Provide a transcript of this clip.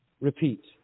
repeat